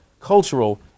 cultural